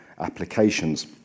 applications